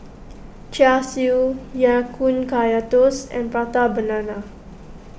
Char Siu Ya Kun Kaya Toast and Prata Banana